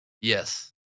Yes